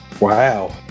Wow